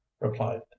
replied